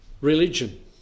religion